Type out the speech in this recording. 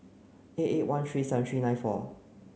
eight eight one three seven three nine four